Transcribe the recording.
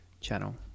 channel